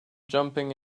jumping